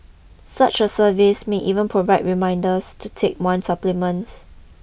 such a service may even provide reminders to take one's supplements